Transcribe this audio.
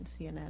CNN